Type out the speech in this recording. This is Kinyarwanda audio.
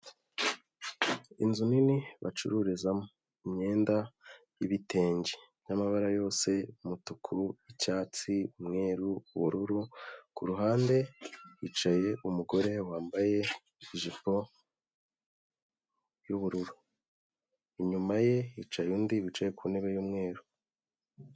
Inzu nini bacururizamo, imyenda, ibitenge, n'amabara yose umutuku icyatsi umweru ubururu, kuruhande hicaye umugore wambaye ijipo, y'ubururu. Inyuma ye hicaye undi wicaye ku ntebe y'umweru.